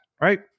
right